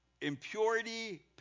impurity